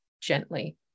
gently